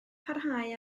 parhau